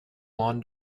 lawn